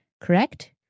Correct